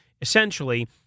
essentially